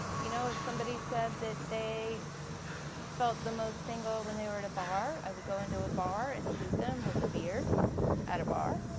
you know if somebody said that they felt the most single when they were at a bar, i would go into a bar and shoot them with a beer at a bar.